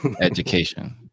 education